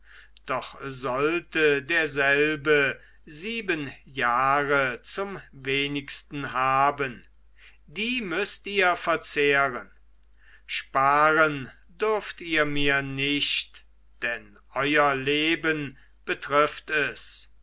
doch sollte derselbe sieben jahre zum wenigsten haben die müßt ihr verzehren sparen dürft ihr mir nicht denn euer leben betrifft es